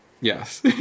Yes